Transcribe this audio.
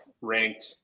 ranked